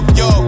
yo